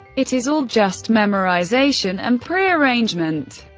it is all just memorization and prearrangement.